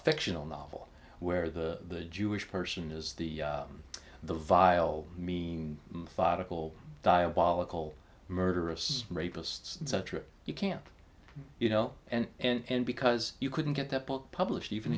fictional novel where the jewish person is the the vile mean diabolical murderous rapists and such or you can't you know and and because you couldn't get that book published even